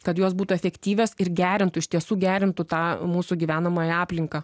kad jos būtų efektyvios ir gerintų iš tiesų gerintų tą mūsų gyvenamąją aplinką